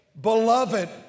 Beloved